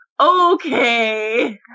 Okay